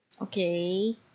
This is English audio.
Okay